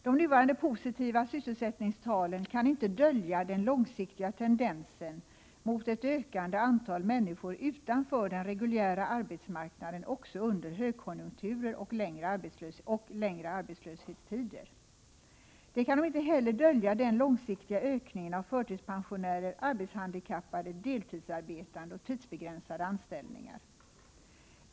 De nuvarande positiva sysselsättningstalen kan inte dölja den långsiktiga tendensen mot ett ökande antal människor utanför den reguljära arbetsmarknaden, också under högkonjunkturer, och längre arbetslöshetstider. De kan inte heller dölja den långsiktiga ökningen av förtidspensionärer, arbetshandikappade, deltidsarbetande och arbetstagare med tidsbegränsade anställningar.